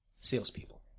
salespeople